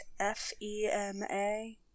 FEMA